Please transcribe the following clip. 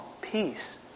peace